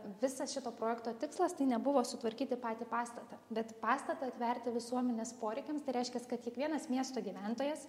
visas šito projekto tikslas tai nebuvo sutvarkyti patį pastatą bet pastatą atverti visuomenės poreikiams tai reiškias kad kiekvienas miesto gyventojas